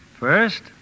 First